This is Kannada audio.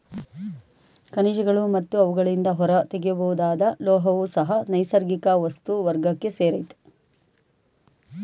ಖನಿಜಗಳು ಮತ್ತು ಅವುಗಳಿಂದ ಹೊರತೆಗೆಯಬಹುದಾದ ಲೋಹವೂ ಸಹ ನೈಸರ್ಗಿಕ ವಸ್ತು ವರ್ಗಕ್ಕೆ ಸೇರಯ್ತೆ